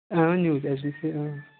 ؤنِو کیٛاہ چھُو تۄہہِ آ